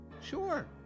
Sure